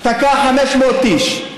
תקע 500 איש.